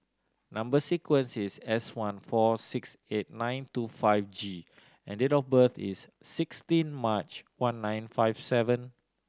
number sequence is S one four six eight nine two five G and date of birth is sixteen March one nine five seven